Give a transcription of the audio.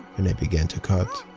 and i began to cut.